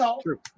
True